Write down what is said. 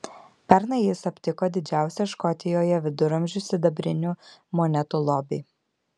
pernai jis aptiko didžiausią škotijoje viduramžių sidabrinių monetų lobį